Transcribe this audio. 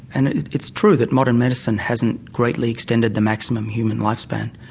and it's true that modern medicine hasn't greatly extended the maximum human lifespan.